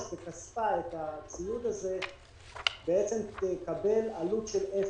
את הציוד הזה בעצם תקבל עלות של אפס.